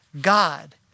God